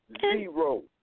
zero